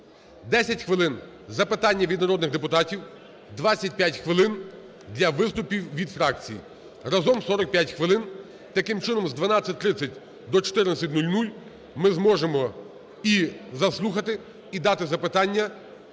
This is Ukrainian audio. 10 хвилин – запитання від народних депутатів, 25 хвилин для виступів від фракцій, разом 45 хвилин. Таким чином з 12:30 до 14:00 ми зможемо і заслухати, і дати запитання